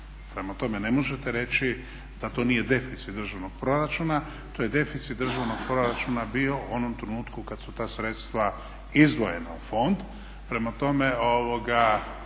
Prema tome, ne možete reći da to nije deficit državnog proračuna, to je deficit državnog proračuna bio u onom trenutku kad su ta sredstva izdvojena u fond. Prema tome, radi